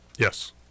Yes